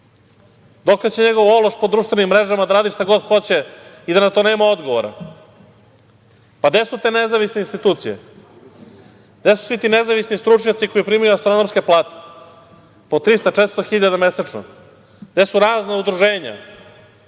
Dokle će njegov ološ po društvenim mrežama da radi šta god hoće i da na tome nema odgovora? Pa, gde su te nezavisne institucije? Gde su svi ti nezavisni stručnjaci koji primaju astronomske plate po 300, 400 hiljada mesečno? Gde su razna udruženja?